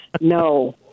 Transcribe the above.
No